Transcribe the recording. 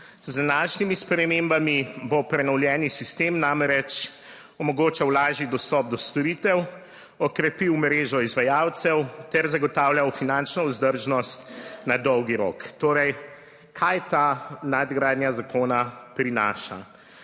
Z današnjimi spremembami bo prenovljeni sistem namreč omogočal lažji dostop do storitev, okrepil mrežo izvajalcev ter zagotavljal finančno vzdržnost na dolgi rok. Torej kaj ta nadgradnja zakona prinaša?